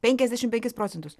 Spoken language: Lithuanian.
penkiasdešim penkis procentus